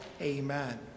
Amen